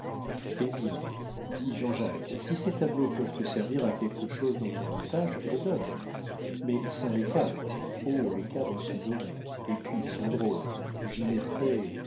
eh bien dit jean-jacques si ces tableaux peuvent te servir à quelque chose dans ton état je te les donne mais sans les cadres oh les cadres sont dorés et puis ils sont drôles j'y mettrai